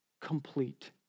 complete